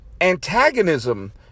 antagonism